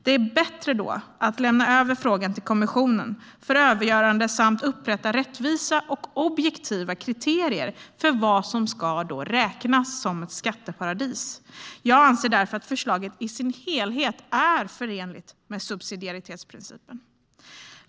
Det är då bättre att lämna över frågan till kommissionen för avgörande samt upprättande av rättvisa och objektiva kriterier för vad som ska räknas som ett skatteparadis. Jag anser därför att förslaget i sin helhet är förenligt med subsidiaritetsprincipen.